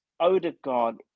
Odegaard